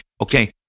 Okay